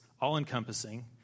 all-encompassing